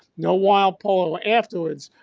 no wild polio afterwards.